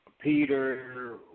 Peter